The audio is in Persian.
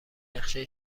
نقشه